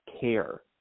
care